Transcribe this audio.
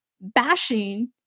bashing